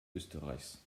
österreichs